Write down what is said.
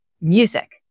music